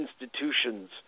institutions